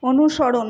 অনুসরণ